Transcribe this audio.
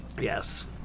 Yes